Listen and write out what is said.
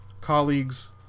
colleagues